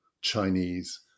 Chinese